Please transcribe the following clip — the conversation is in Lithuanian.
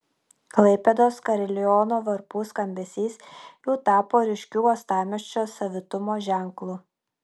klaipėdos kariliono varpų skambesys jau tapo ryškiu uostamiesčio savitumo ženklu